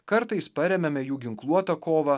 kartais paremiame jų ginkluotą kovą